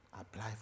apply